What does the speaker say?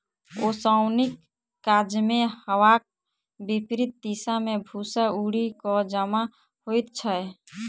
ओसौनीक काजमे हवाक विपरित दिशा मे भूस्सा उड़ि क जमा होइत छै